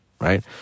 right